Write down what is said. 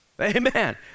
amen